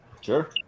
Sure